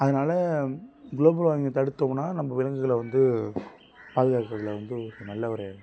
அதனால் க்ளோபல் வார்மிங்கை தடுத்தோமுன்னா நம்ப விலங்குகளை வந்து பாதுகாக்கறதில் வந்து நல்ல ஒரு